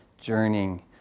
journeying